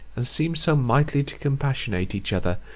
and seem so mightily to compassionate each other,